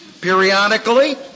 periodically